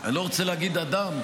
אני לא רוצה להגיד אדם,